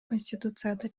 конституцияда